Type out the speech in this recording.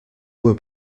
were